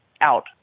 out